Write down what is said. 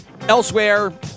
elsewhere